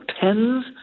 tens